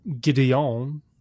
Gideon